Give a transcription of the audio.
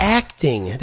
acting